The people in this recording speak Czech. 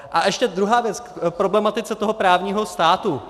A ještě druhá věc, k problematice toho právního státu.